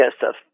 Joseph